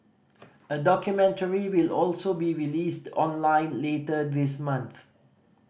a documentary will also be released online later this month